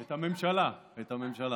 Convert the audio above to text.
את הממשלה, את הממשלה.